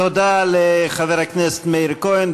תודה לחבר הכנסת מאיר כהן.